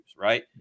right